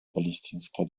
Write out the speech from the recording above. палестинской